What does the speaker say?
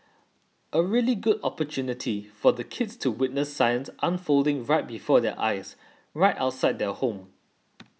a really good opportunity for the kids to witness science unfolding right before their eyes right outside their home